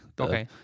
okay